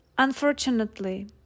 Unfortunately